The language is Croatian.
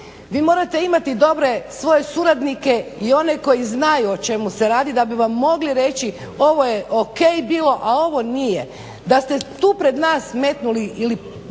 Vi morate imati dobre svoje suradnike i one koji znaju o čemu se radi, da bi vam mogli reći ovo je ok bilo, a ovo nije. Da ste tu pred nas metnuli ili